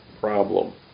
problem